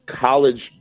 college